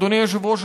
אדוני היושב-ראש,